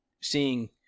seeing –